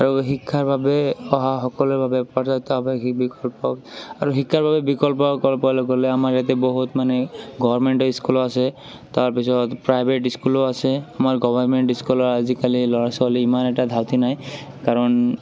আৰু শিক্ষাৰ বাবে অহা সকলৰ বাবে আৰু শিক্ষাৰ বাবে বিকল্প ক'বলে গ'লে আমাৰ ইয়াতে বহুত মানে গৰমেণ্টে ইস্কুল আছে তাৰপিছত প্ৰাইভেট ইস্কুলো আছে আমাৰ গভাৰমেণ্ট ইস্কুলৰ আজিকালি এই ল'ৰা ছোৱালী ইমান এটা ধাউতি নাই কাৰণ